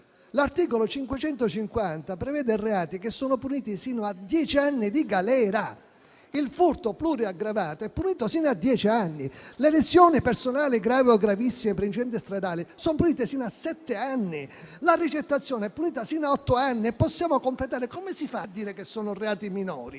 L'articolo 550 prevede reati che sono puniti sino a dieci anni di galera: il furto pluriaggravato è punito fino a dieci anni; le lesioni personali gravi o gravissime per incidente stradale sono punite sino a sette anni; la ricettazione è punita sino a otto anni. Come si fa a dire che sono reati minori?